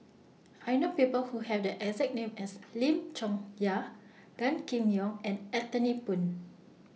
I know People Who Have The exact name as Lim Chong Yah Gan Kim Yong and Anthony Poon